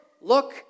look